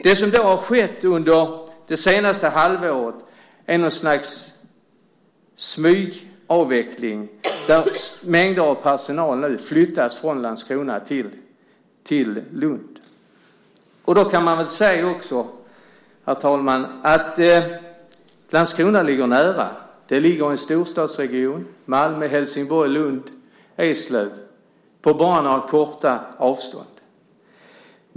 Det som har skett under det senaste halvåret är något slags smygavveckling. Mängder av personal flyttas nu från Landskrona till Lund. Herr talman! Landskrona ligger nära. Det ligger i en storstadsregion med Malmö, Helsingborg, Lund och Eslöv inom korta avstånd.